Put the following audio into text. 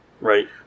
Right